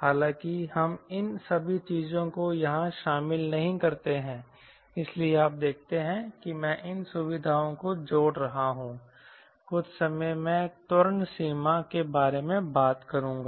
हालांकि हम इन सभी चीजों को यहां शामिल नहीं करते हैं इसलिए आप देखते हैं कि मैं इन सुविधाओं को जोड़ रहा हूं कुछ समय मैं त्वरण सीमा के बारे में बात करूंगा